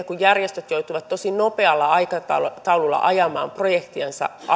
kun järjestöt joutuivat tosi nopealla aikataululla ajamaan projektejansa